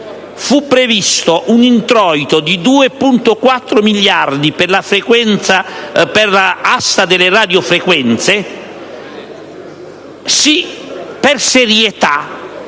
fu previsto un introito di 2,4 miliardi di euro per l'asta delle radiofrequenze, per serietà